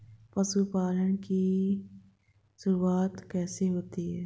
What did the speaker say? पशुपालन की शुरुआत कैसे हुई?